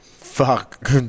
fuck